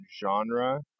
genre